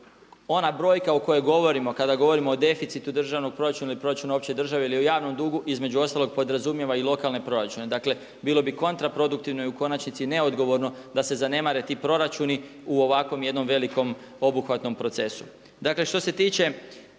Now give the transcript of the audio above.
Ona brojka o kojoj govorimo kada govorimo o deficitu državnog proračuna ili proračuna opće države ili o javnom dugu između ostalog podrazumijeva i lokalne proračune. Dakle, bilo bi kontraproduktivno i u konačnici neodgovorno da se zanemare ti proračuni u ovakvom jedinom velikom obuhvatnom procesu.